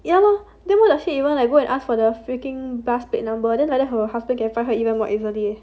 ya lor then why does she even go and ask for the freaking bus plate number then like that her husband can find her even more easily